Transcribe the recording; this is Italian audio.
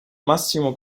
massimo